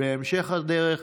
בהמשך הדרך.